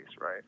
right